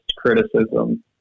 criticism